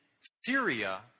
Syria